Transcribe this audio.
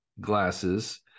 glasses